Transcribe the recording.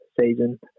season